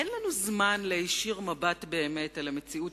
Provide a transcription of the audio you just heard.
אין לנו זמן להישיר מבט באמת אל המציאות